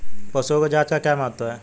पशुओं की जांच का क्या महत्व है?